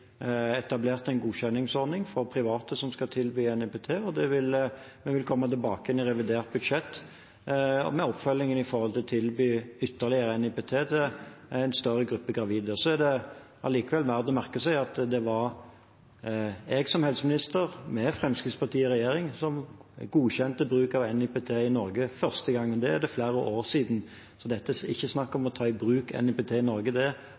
etablert en godkjenningsordning for private som skal tilby NIPT, og vi vil komme tilbake i revidert budsjett med oppfølgingen for å tilby ytterligere NIPT til en større gruppe gravide. Det er likevel verd å merke seg at det var jeg som helseminister, med Fremskrittspartiet i regjering, som godkjente bruk av NIPT i Norge første gang. Det er flere år siden. Det er ikke snakk om å ta i bruk NIPT i Norge,